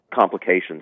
complications